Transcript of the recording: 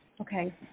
Okay